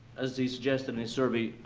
as he suggests in his survey,